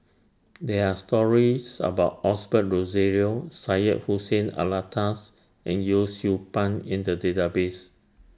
There Are stories about Osbert Rozario Syed Hussein Alatas and Yee Siew Pun in The Database